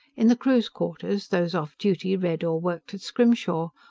in the crew's quarters, those off duty read or worked at scrimshaw,